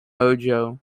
mojo